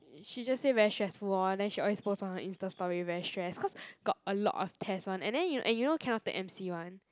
she just say very stressful lor then she always post on her Insta story very stress cause got a lot of test [one] and then you and you know cannot take m_c [one]